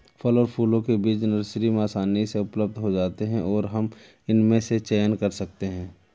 फल और फूलों के बीज नर्सरी में आसानी से उपलब्ध हो जाते हैं और हम इनमें से चयन कर सकते हैं